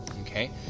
okay